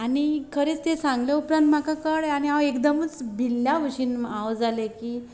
आनी खरेंच तें सांगले उपरांत म्हाका कळ्ळें आनी हांव एकदमूच भिल्ल्या भशेन हांव जाले की